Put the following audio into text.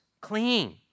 clean